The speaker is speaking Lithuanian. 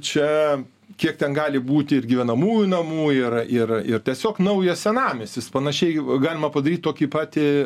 čia kiek ten gali būti ir gyvenamųjų namų ir ir ir tiesiog naujas senamiestis panašiai galima padaryt tokį patį